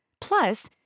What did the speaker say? Plus